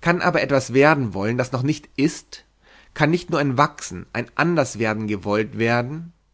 kann aber etwas werden wollen das noch nicht ist kann nicht nur ein wachsen ein anders werden gewollt werden